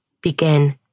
begin